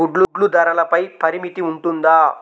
గుడ్లు ధరల పై పరిమితి ఉంటుందా?